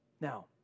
Now